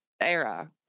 era